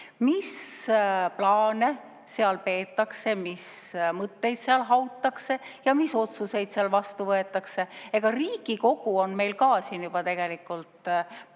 mis plaane seal peetakse, mis mõtteid seal hautakse ja mis otsuseid seal vastu võetakse. Riigikogu on meil tegelikult päris